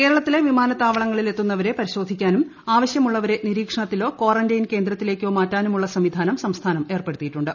കേരളത്തിലെ വിമാനത്താവളങ്ങളിൽ എത്തുന്നവരെ പരിശോധിക്കാനും ആവശ്യമുള്ളവരെ നിരീക്ഷണത്തിലോ കാറന്റയിൻ കേന്ദ്രത്തിലേയ്ക്കോ മാറ്റാനുമുള്ള സംവിധാനം സംസ്ഥാനം ഏർപ്പെടുത്തിയിട്ടുണ്ട്